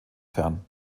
fern